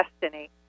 destiny